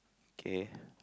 okay